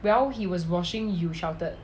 while he was washing you shouted